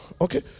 Okay